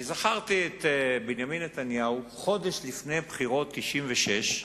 אני זכרתי את בנימין נתניהו חודש לפני בחירות 96',